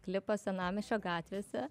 klipą senamiesčio gatvėse